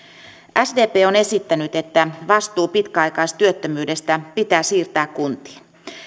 sdp on esittänyt että vastuu pitkäaikaistyöttömyydestä pitää siirtää kuntiin